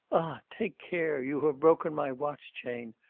ah, take care, you have broken my watch-chain.